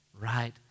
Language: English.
right